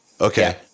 Okay